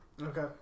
Okay